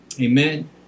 Amen